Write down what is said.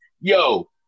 Yo